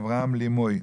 אברהם לימואי,